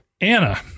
Anna